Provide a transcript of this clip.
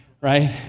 right